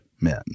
men